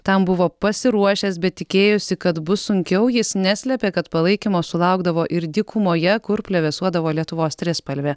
tam buvo pasiruošęs bet tikėjosi kad bus sunkiau jis neslėpė kad palaikymo sulaukdavo ir dykumoje kur plevėsuodavo lietuvos trispalvė